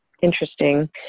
Interesting